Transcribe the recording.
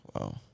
Wow